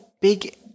big